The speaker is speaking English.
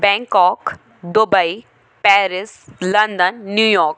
Bangkok Dubai Paris London New York